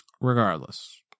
Regardless